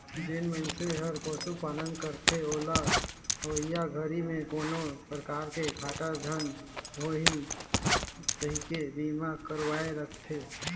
जेन मइनसे हर पशुपालन करथे ओला अवईया घरी में कोनो परकार के घाटा झन होही कहिके बीमा करवाये राखथें